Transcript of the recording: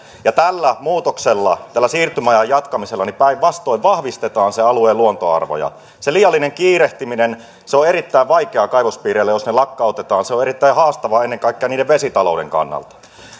ja tällä muutoksella tällä siirtymäajan jatkamisella päinvastoin vahvistetaan sen alueen luontoarvoja mitä tulee siihen liialliseen kiirehtimiseen se on erittäin vaikeaa kaivospiireille jos ne lakkautetaan se on erittäin haastavaa ennen kaikkea niiden vesitalouden